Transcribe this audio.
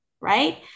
right